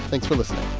thanks for listening